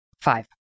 five